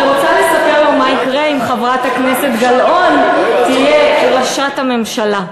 אז אני רוצה לספר לו מה יקרה אם חברת הכנסת גלאון תהיה ראשת הממשלה.